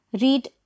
Read